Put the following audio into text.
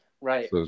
Right